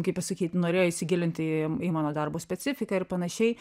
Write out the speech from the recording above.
kaip pasakyt norėjo įsigilinti į į mano darbo specifiką ir panašiai